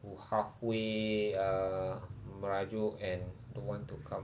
who halfway uh merajuk and don't want to come